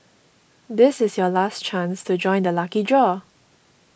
this is your last chance to join the lucky draw